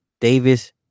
Davis